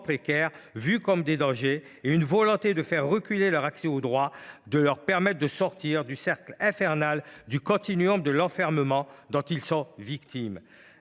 précaires et vus comme des dangers, ainsi que d’une volonté de faire reculer leur accès aux droits, qui seul peut leur permettre de sortir du cercle infernal du continuum de l’enfermement dont ils sont victimes.